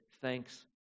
thanks